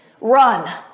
run